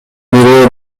бирөө